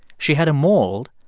she had a mold,